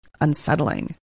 unsettling